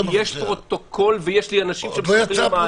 יש פרוטוקול ויש לי אנשים שמספרים מה היה.